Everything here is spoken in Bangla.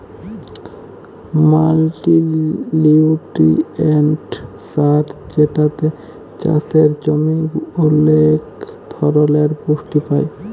মাল্টিলিউট্রিয়েন্ট সার যেটাতে চাসের জমি ওলেক ধরলের পুষ্টি পায়